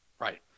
Right